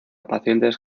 pacientes